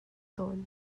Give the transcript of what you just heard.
tawn